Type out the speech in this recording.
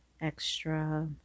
extra